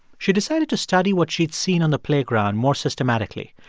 she decided to study what she'd seen on the playground more systematically.